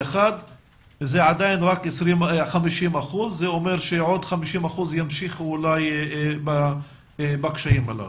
שזה עדיין רק 50%. זה אומר שעוד 50% ימשיכו אולי בקשיים הללו.